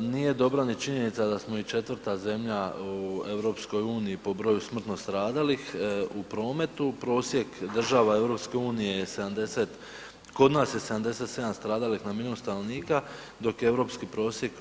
Nije dobra ni činjenica da smo i četvrta zemlja u EU-u po broju smrtno stradalih u prometu, prosjek država EU-a, kod nas je 77 stradalih na milijun stanovnika, dok je europskih prosjek